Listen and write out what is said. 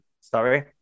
Sorry